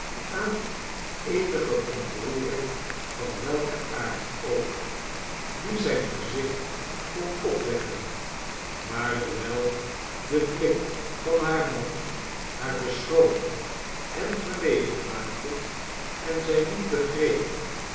aan eenige ontroering van welken aard ook die zijn gezicht kon opwekken maar dewijl de blik van haar man haar beschroomd en verlegen maakte en zij niet begreep